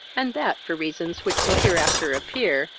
and that for reasons which will hereafter appear,